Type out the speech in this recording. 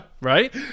right